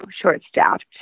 short-staffed